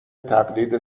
تقلید